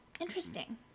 Interesting